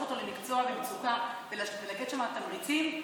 אותו למקצוע במצוקה ולתת שם תמריצים,